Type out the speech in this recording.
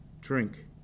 drink